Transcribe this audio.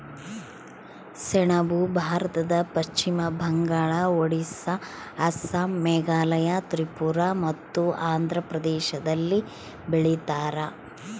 ಸೆಣಬು ಭಾರತದ ಪಶ್ಚಿಮ ಬಂಗಾಳ ಒಡಿಸ್ಸಾ ಅಸ್ಸಾಂ ಮೇಘಾಲಯ ತ್ರಿಪುರ ಮತ್ತು ಆಂಧ್ರ ಪ್ರದೇಶದಲ್ಲಿ ಬೆಳೀತಾರ